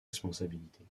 responsabilités